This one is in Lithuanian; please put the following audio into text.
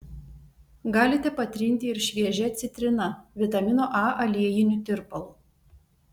galite patrinti ir šviežia citrina vitamino a aliejiniu tirpalu